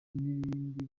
n’ibindi